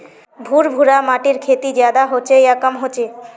भुर भुरा माटिर खेती ज्यादा होचे या कम होचए?